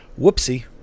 whoopsie